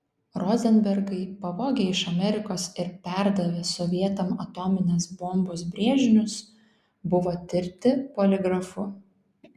rozenbergai pavogę iš amerikos ir perdavę sovietam atominės bombos brėžinius buvo tirti poligrafu